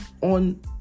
on